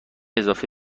اضافه